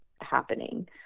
happening